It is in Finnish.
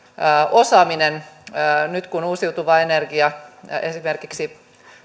osaaminen nyt kun uusiutuva energia esimerkiksi